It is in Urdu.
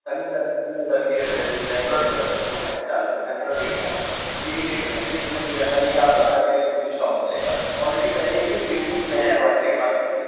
سر نہیں سر نہیں سر یہ ریگلولر وہ ہیں چارج ریگولر ریٹ ہیں ہمارے یہی ریٹ رہیں گے اس میں کچھ ایسا نہیں ہے کہ آپ زیادہ لیں گے تو اس میں کچھ کم ہو جائے گا آلریڈی پہلے ہی ریٹ مارکیٹ سے